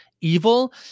evil